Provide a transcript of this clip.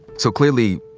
so clearly,